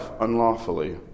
unlawfully